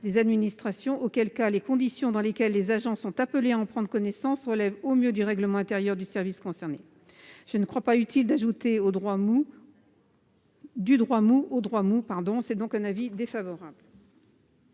des administrations, auquel cas les conditions dans lesquelles les agents sont appelés à en prendre connaissance relèvent, au mieux, du règlement intérieur du service concerné. Je ne crois pas utile d'ajouter du droit mou au droit mou ! L'avis est défavorable.